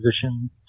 position